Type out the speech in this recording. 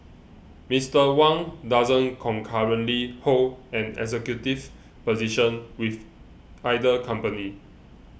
Mister Wang doesn't currently hold an executive position with either company